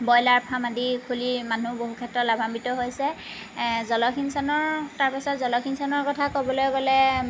broiler farm আদি খুলী মানুহ বহু ক্ষেত্ৰত লাভাম্বিত হৈছে জলসিঞ্চনৰ তাৰ পাছত জলসিঞ্চনৰ কথা ক'বলৈ গ'লে